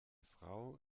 frau